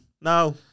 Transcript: No